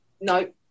No